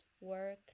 work